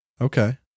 Okay